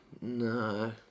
No